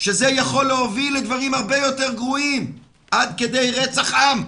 שזה יכול להוביל לדברים הרבה יותר גרועים עד כדי רצח עם.